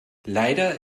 leider